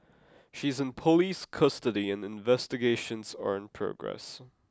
she is in police custody and investigations are in progress